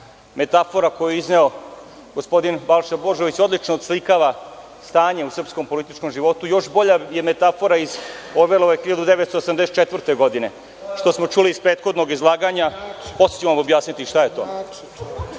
Metafora koju je izneo gospodin Balša Božović odlično oslikava stanje u srpskom političkom životu. Još bolja je metafora Orvelove „1984“, što smo čuli iz prethodnog izlaganja. Posle ću vam objasniti šta je